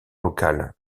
local